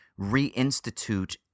reinstitute